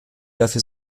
dafür